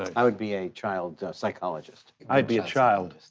i would be a child psychologist. i'd be a child.